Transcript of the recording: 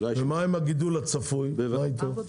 ומה עם הגידול הצפוי מה איתו?